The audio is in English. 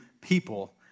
people